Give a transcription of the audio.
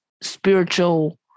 spiritual